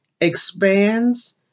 expands